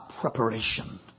preparation